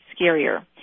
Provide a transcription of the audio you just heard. scarier